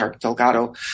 Delgado